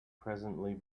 presently